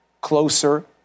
closer